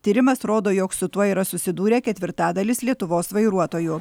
tyrimas rodo jog su tuo yra susidūrę ketvirtadalis lietuvos vairuotojų